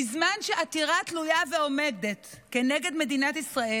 בזמן שעתירה תלויה ועומדת נגד מדינת ישראל